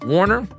Warner